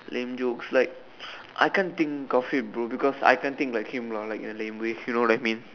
lame jokes like I can't think of it bro because I can't think like him lah like a lame way you know what I mean